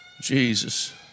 Jesus